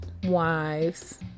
wives